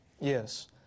Yes